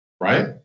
right